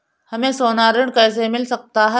हमें सोना ऋण कैसे मिल सकता है?